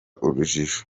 urujijo